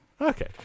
okay